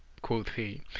quoth he,